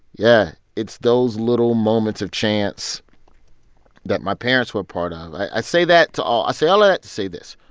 yeah. it's those little moments of chance that my parents were part of. i say that to all i say all that to say this.